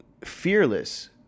fearless